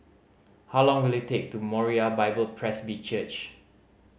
how long will it take to Moriah Bible Presby Church